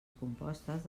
compostes